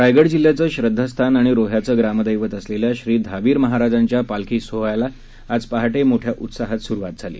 रायगड जिल्ह्याचं श्रध्दास्थान आणि रोह्याचे ग्रामदैवत असलेल्या श्री धावीर महाराजांच्या पालखी सोहळ्यास आज पहाटे मोठ्या उत्साहात सुरुवात झाली